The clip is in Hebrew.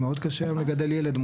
מאוד קשה לגדל היום ילד,